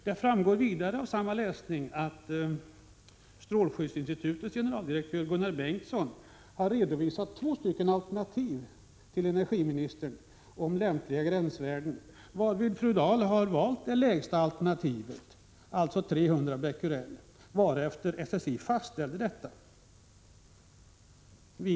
Det framgår vidare av samma artikel att strålskyddsinstitutets generaldirektör Gunnar Bengtsson för energiministern hade redovisat två alternativ tilllämpliga gränsvärden, varav fru Dahl hade valt alternativet med det lägsta värdet, dvs. 300 Bq, varefter SSI fastställde detta.